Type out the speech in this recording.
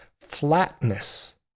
flatness